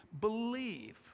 Believe